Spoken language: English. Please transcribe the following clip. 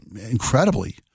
incredibly